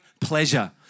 pleasure